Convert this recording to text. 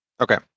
okay